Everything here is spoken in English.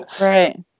Right